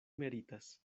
meritas